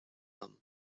liom